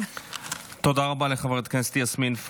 תודה רבה לחברת הכנסת יסמין.